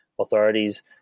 authorities